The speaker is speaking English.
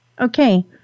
Okay